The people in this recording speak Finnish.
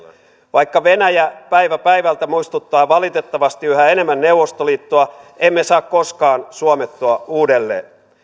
vaikka venäjä päivä päivältä muistuttaa valitettavasti yhä enemmän neuvostoliittoa emme saa koskaan suomettua uudelleen